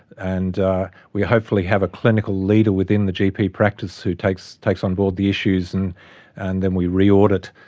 and we hopefully have a clinical leader within the gp practice who takes takes on board the issues and and then we re-audit,